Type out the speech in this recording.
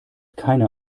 keine